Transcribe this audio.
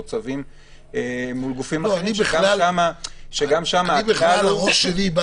או צווים מול גופים אחרים שגם שם --- הראש שלי אומר